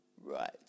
Right